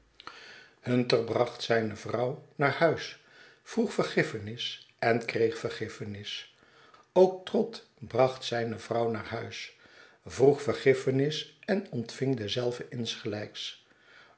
hunter bracht zijne vrouw naar huis vroeg vergiffenis en kreeg vergiffenis ook trott bracht zijne vrouw naar huis vroeg vergiffenis en ontving dezelve insgelijks